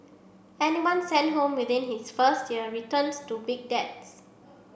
anyone sent home within his first year returns to big debts